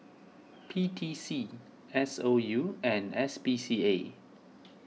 P T C S O U and S P C A